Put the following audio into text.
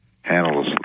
handles